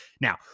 Now